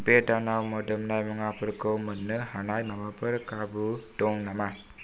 बे दानाव मोदोमनाय मुवाफोरखौ मोन्नो हानाय माबाफोर खाबु दं नामा